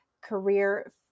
career